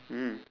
mm